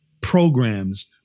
programs